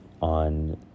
on